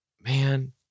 Man